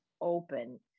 open